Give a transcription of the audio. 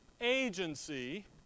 agency